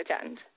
attend